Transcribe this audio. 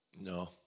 No